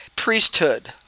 priesthood